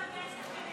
תשובה והצבעה